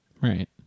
Right